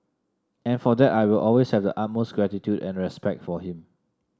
and for that I will always have the utmost gratitude and respect for him